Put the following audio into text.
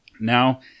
Now